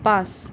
পাঁচ